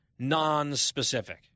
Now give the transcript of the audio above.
nonspecific